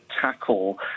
tackle